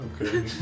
Okay